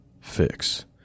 fix